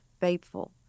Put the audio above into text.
faithful